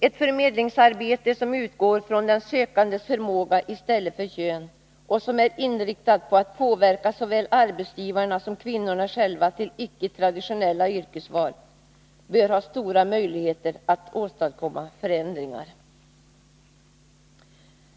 Ett förmedlingsarbete som utgår från den sökandes förmåga i stället för kön och som är inriktat på att påverka såväl arbetsgivarna som kvinnorna själva till icke-traditionella yrkesval bör ha stora möjligheter att åstadkomma förändringar.